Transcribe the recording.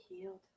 healed